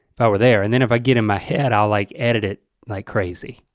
that we're there and then if i get in my head i'll like edit it like crazy.